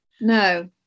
no